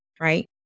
right